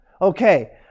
Okay